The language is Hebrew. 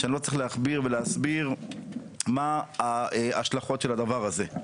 לא צריך להכביר ולהסביר מהן ההשלכות של הדבר הזה.